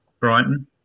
Brighton